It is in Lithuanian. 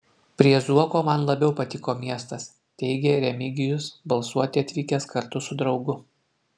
prie zuoko man labiau patiko miestas teigė remigijus balsuoti atvykęs kartu su draugu